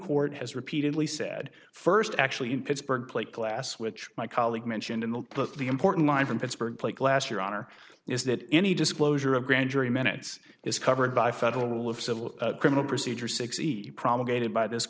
court has repeatedly said first actually in pittsburgh plate glass which my colleague mentioned in the book the important line from pittsburgh plate glass your honor is that any disclosure of grand jury minutes is covered by federal rule of civil criminal procedure succeed promulgated by this